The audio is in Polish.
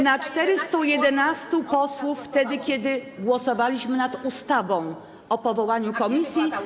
Na 411 posłów, wtedy kiedy głosowaliśmy nad ustawą o powołaniu komisji.